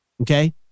okay